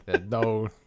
No